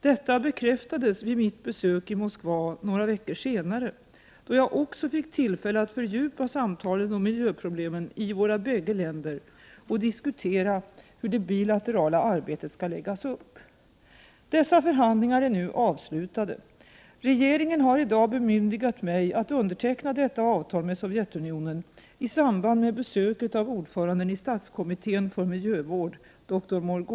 Detta bekräftades vid mitt besök i Moskva några veckor senare, då jag också fick tillfälle att fördjupa samtalen om miljöproblemen i våra bägge länder och diskutera hur det bilaterala arbetet skall läggas upp. Dessa förhandlingar är nu avslutade. Regeringen har i dag bemyndigat mig att underteckna detta avtal med Sovjetunionen i samband med besöket av ordföranden i statskommittén för miljövård, doktor Molrgun.